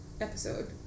episode